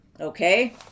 Okay